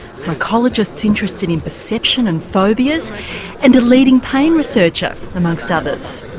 psychologists interested in perception and phobias and a leading pain researcher, amongst others.